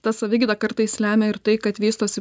ta savigyda kartais lemia ir tai kad vystosi